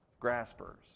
graspers